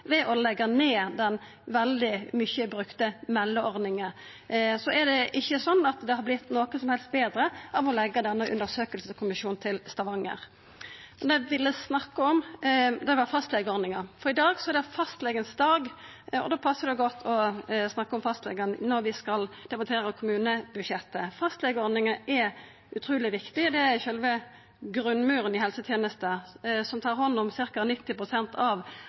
ved å leggja ned den veldig mykje brukte meldeordninga. Så er det ikkje sånn at det har vorte noko som helst betre av å leggja denne undersøkingskommisjonen til Stavanger. Det eg ville snakka om, var fastlegeordninga. I dag er det Fastlegedagen, og då passar det godt å snakka om fastlegane når vi skal debattera kommunebudsjettet. Fastelegeordninga er utruleg viktig. Det er sjølve grunnmuren i helsetenesta og tar hand om ca. 90 pst. av